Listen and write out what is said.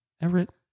Everett